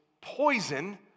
poison